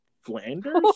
Flanders